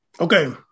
Okay